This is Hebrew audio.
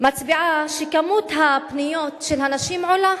מצביעים על כך שכמות הפניות של נשים עולה.